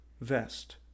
vest